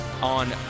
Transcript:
on